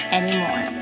anymore